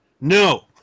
No